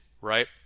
right